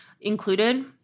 included